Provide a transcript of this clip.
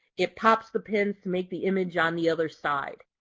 it pops the pins to make the image on the other side.